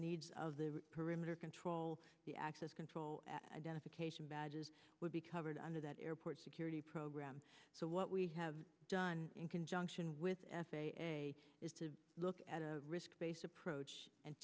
needs of the perimeter control the access control identification badges would be covered under that airport security program so what we have done in conjunction with f a a is to look at a risk based approach and